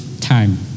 time